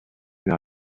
vers